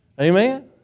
Amen